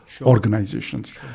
organizations